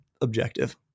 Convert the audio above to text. objective